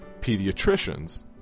pediatricians